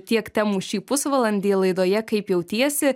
tiek temų šį pusvalandį laidoje kaip jautiesi